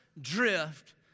drift